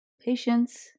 patience